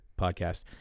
podcast